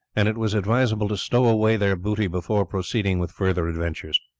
and it was advisable to stow away their booty before proceeding with further adventures.